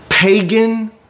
Pagan